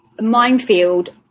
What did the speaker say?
minefield